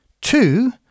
Two